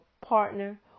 partner